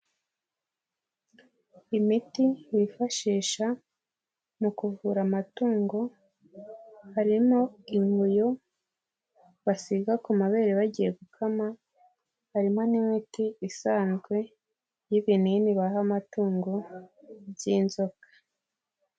Imiti wifashisha mu kuvura amatungo harimo inkuyo basiga ku mabere bagiye gukama, harimo n'imiti isanzwe y'ibinini baha amatungo by'inzoka.